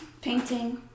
painting